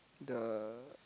the